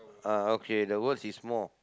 uh okay the words is small